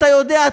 אתה יודע,